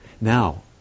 Now